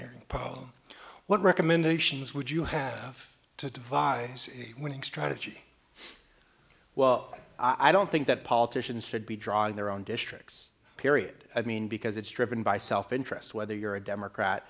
problem what recommendations would you have to devise a winning strategy well i don't think that politicians should be drawing their own districts period i mean because it's driven by self interest whether you're a democrat